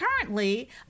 currently